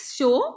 show